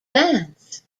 dance